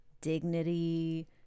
dignity